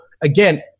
again